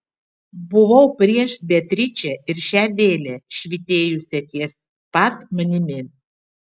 buvau prieš beatričę ir šią vėlę švytėjusią ties pat manimi